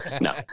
No